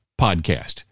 podcast